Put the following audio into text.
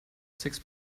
six